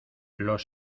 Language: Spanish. los